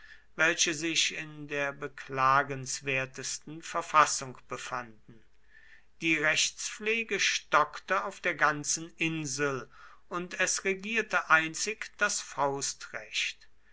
welche sich in der beklagenswertesten verfassung befanden die rechtspflege stockte auf der ganzen insel und es regierte einzig das faustrecht